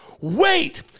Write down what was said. wait